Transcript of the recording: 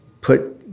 put